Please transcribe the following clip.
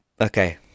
Okay